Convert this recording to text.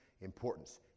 importance